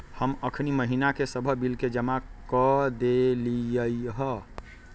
हम अखनी महिना के सभ बिल के जमा कऽ देलियइ ह